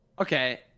Okay